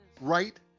right